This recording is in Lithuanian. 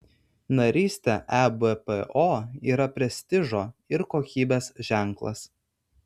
narystė ebpo yra prestižo ir kokybės ženklas